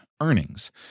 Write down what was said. earnings